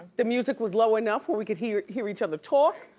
the music was low enough where we could hear hear each other talk,